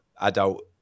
adult